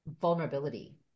vulnerability